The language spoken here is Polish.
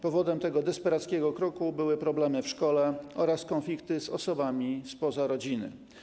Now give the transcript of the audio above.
Powodem tego desperackiego kroku były problemy w szkole oraz konflikty z osobami spoza rodziny.